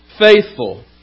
faithful